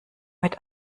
mit